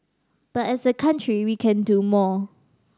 but as a country we can do more